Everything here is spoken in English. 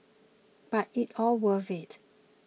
but it's all worth it